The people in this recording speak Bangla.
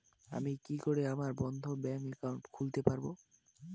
আমি কি করে আমার বন্ধ ব্যাংক একাউন্ট খুলতে পারবো?